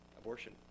abortion